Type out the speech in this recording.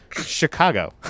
Chicago